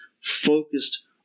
focused